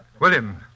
William